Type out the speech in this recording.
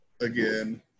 again